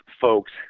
folks